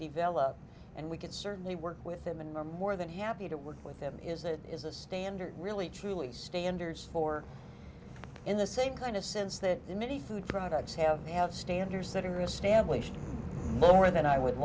develop and we can certainly work with them in a more than happy to work with them is that is a standard really truly standards for in the same kind of sense that many food products have to have standards that are established more than i would